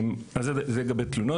אז זה לגבי תלונות.